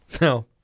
no